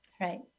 Right